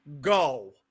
go